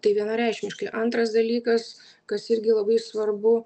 tai vienareikšmiškai antras dalykas kas irgi labai svarbu